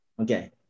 Okay